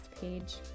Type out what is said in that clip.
page